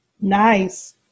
Nice